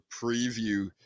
preview